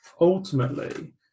Ultimately